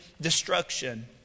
destruction